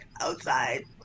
outside